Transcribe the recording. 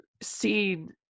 seen